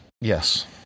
Yes